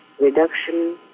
reduction